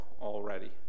already